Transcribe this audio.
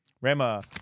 Rama